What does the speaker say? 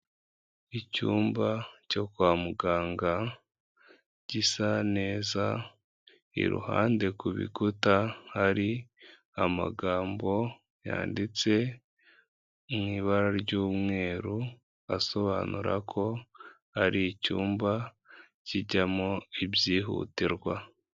Icyumba cyo kwa muganga gisa neza iruhande ku bikuta hari amagambo yanditse mu ibara ry'umweru asobanura ko hari icyumba kijyamo ibyihutirwa.